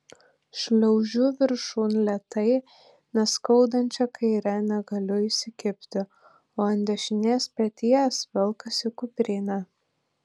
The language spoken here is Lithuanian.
šliaužiu viršun lėtai nes skaudančia kaire negaliu įsikibti o ant dešinės peties velkasi kuprinė